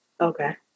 Okay